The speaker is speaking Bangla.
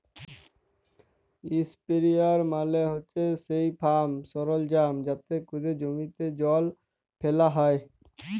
ইসপেরেয়ার মালে হছে সেই ফার্ম সরলজাম যাতে ক্যরে জমিতে জল ফ্যালা হ্যয়